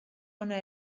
ona